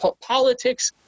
politics